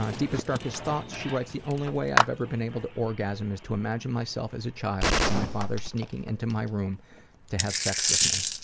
um deepest, darkest thoughts? she writes, the only way i've ever been able to orgasm is to imagine myself as a child and my father sneaking into my room to have sex with me.